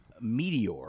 meteor